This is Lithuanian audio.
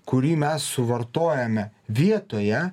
kurį mes suvartojame vietoje